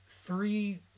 three